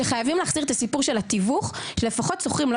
שחייבים להחזיר את הסיפור של התיווך שלפחות שוכרים לא